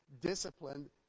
disciplined